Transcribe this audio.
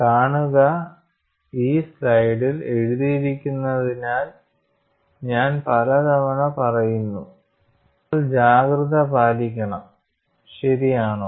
കാണുക ഇത് സ്ലൈഡിൽ എഴുതിയിരിക്കുന്നതിനാൽ ഞാൻ പലതവണ പറയുന്നു നിങ്ങൾ ജാഗ്രത പാലിക്കണം ശരിയാണോ